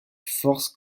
force